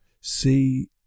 see